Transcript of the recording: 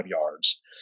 yards